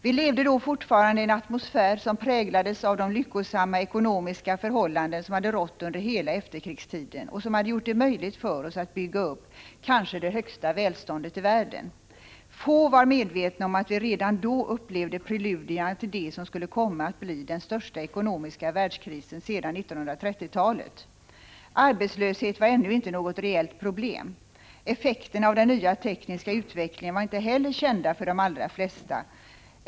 Vi levde då fortfarande i en atmosfär som präglades av de lyckosamma ekonomiska förhållanden som hade rått under hela efterkrigstiden och som hade gjort det möjligt för oss att bygga upp kanske det högsta välståndet i världen. Få var medvetna om att vi redan då upplevde preludierna till det som skulle komma att bli den största ekonomiska världskrisen sedan 1930-talet. Arbetslöshet var ännu inte något reellt problem. Effekterna av den nya tekniska utvecklingen var inte heller kända för de allra flesta.